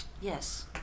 Yes